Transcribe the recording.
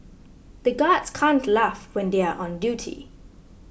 the guards can't laugh when they are on duty